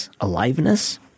aliveness